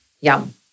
Yum